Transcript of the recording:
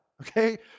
okay